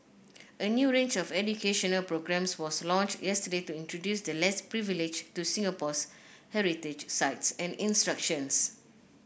a new range of educational programmes was launched yesterday to introduce the less privileged to Singapore's heritage sites and institutions